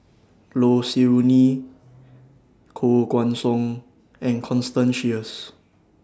Low Siew Nghee Koh Guan Song and Constance Sheares